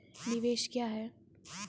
निवेश क्या है?